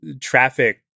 traffic